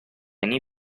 anni